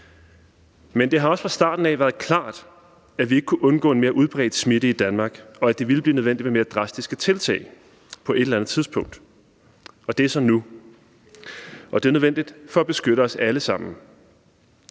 Men det har også fra starten af været klart, at vi ikke kunne undgå en mere udbredt smitte i Danmark, og at det ville blive nødvendigt med mere drastiske tiltag på et eller andet tidspunkt – og det er så nu, og det er nødvendigt for at beskytte os alle sammen.